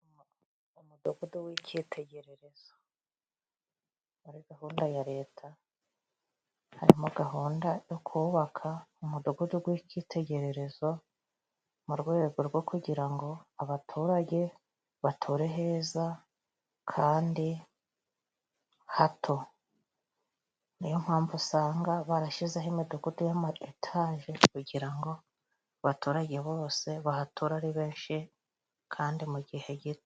Imudugudu w'icyitegererezo, muri gahunda ya leta harimo gahunda yo kubaka umudugudu w' icyitegererezo, mu rwego rwo kugira ngo abaturage bature heza, kandi hato, niyo mpamvu usanga barashyizeho imidugudu yama etage kugira ngo abaturage bose bahature ari benshi kandi mu gihe gito.